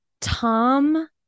Tom